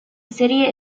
city